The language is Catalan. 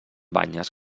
banyes